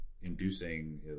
inducing